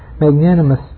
magnanimous